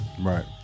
Right